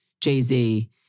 Jay-Z